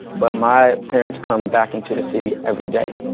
but my parents come back into the city every day.